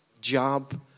job